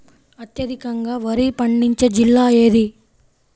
అత్యధికంగా వరి పండించే జిల్లా ఏది?